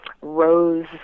rose